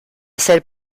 ser